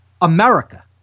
America